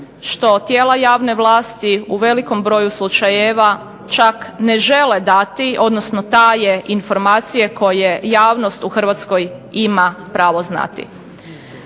što tijela javne vlasti u velikom broju slučajeva čak ne žele dati, odnosno taje informacije koje javnost u Hrvatskoj ima pravo znati.